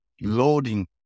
loading